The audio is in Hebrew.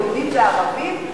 יהודים וערבים,